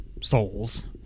souls